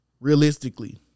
realistically